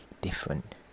different